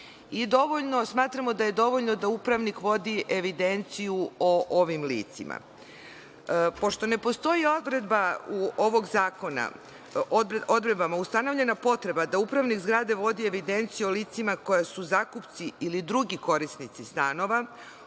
Smatramo da je dovoljno da upravnik vodi evidenciju o ovim licima. Pošto ne postoji odredbama ovog zakona ustanovljena potreba da upravnik zgrade vodi evidenciju o licima koja su zakupci ili drugi korisnici stanova,